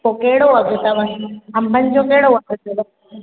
पोइ कहिड़ो अघु अथव अंबनि जो कहिड़ो अघु अथव